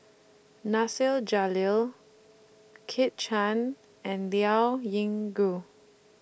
Nasir Jalil Kit Chan and Liao Yingu